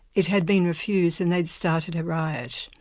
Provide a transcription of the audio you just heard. it had been refused, and they'd started a riot.